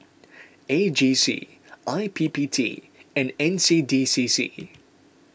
A G C I P P T and N C D C C